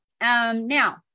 Now